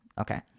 Okay